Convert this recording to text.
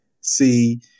see